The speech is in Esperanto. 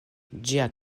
ĝia